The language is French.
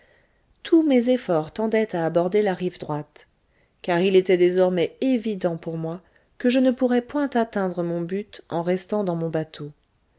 tous mes efforts tendaient à aborder la rive droite car il était désormais évident pour moi que je ne pourrais point atteindre mon but en restant dans mou bateau